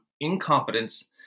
Incompetence